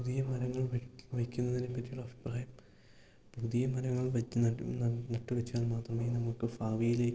പുതിയ മരങ്ങൾ വെക്കുന്നതിനെപ്പറ്റിയുള്ള അഭിപ്രായം പുതിയ മരങ്ങൾ വെച്ച് നട്ട് നട്ടുവെച്ചാൽ മാത്രമേ നമുക്ക് ഭാവിയിലേക്ക്